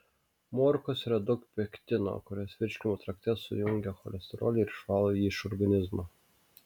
morkose yra daug pektino kuris virškinimo trakte sujungia cholesterolį ir išvalo jį iš organizmo